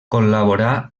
col·laborà